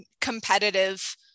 competitive